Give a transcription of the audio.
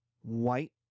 white